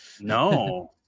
No